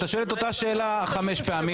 אתה שואל את אותה שאלה חמש פעמים.